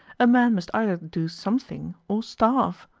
a man must either do something or starve.